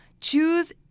choose